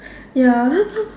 ya